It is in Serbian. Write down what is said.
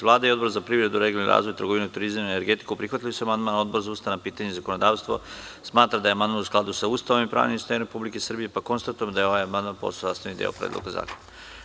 Vlada i Odbor za privredu, regionalni razvoj, trgovinu, turizam i energetiku prihvatili su amandman, a Odbor za ustavna pitanja i zakonodavstvo smatra da je amandmanu skladu sa Ustavom i pravnim sistemom Republike Srbije, pa konstatujem da je ovaj amandman postao sastavni deo Predloga zakona.